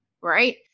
right